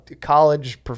college